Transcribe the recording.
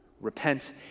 Repent